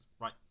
right